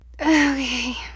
Okay